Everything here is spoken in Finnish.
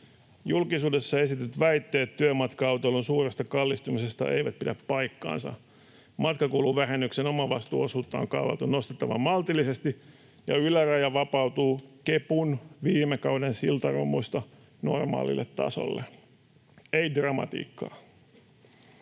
”Julkisuudessa esitetyt väitteet työmatka-autoilun suuresta kallistumisesta eivät pidä paikkaansa. Matkakuluvähennyksen omavastuuosuutta on kaavailtu nostettavan maltillisesti ja yläraja vapautuu kepun viime kauden siltarummuista normaalille tasolle. [Jani